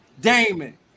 Damon